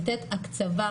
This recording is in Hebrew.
לתת הקצבה,